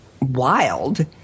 wild